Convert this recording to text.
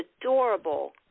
adorable